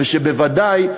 ושבוודאי,